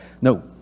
No